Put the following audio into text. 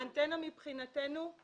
האנטנה מבחינתנו היא